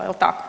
Jel tako?